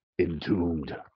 Entombed